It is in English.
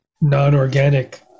non-organic